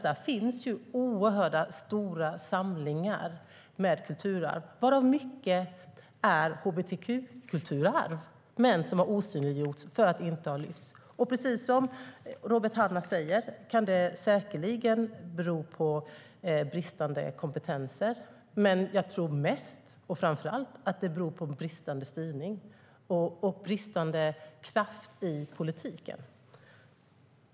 Där finns oerhört stora samlingar med kulturarv, varav mycket är hbtq-kulturarv som har osynliggjorts för att det inte har lyfts fram. Precis som Robert Hannah säger kan det säkerligen bero på bristande kompetens. Men jag tror mest och framför allt att det beror på bristande styrning och bristande kraft i politiken.